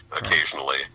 occasionally